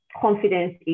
confidence